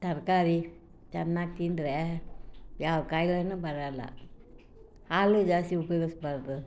ತರಕಾರಿ ಚೆನ್ನಾಗಿ ತಿಂದರೆ ಯಾವ ಕಾಯ್ಲೆಯೂ ಬರೋಲ್ಲ ಹಾಲು ಜಾಸ್ತಿ ಉಪಯೋಗಿಸಬಾರ್ದು